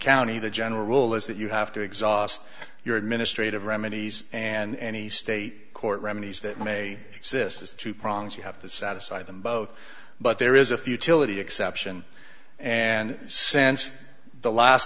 county the general rule is that you have to exhaust your administrative remedies and any state court remedies that may exist as two prongs you have to satisfy them both but there is a futility exception and since the last